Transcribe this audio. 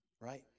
right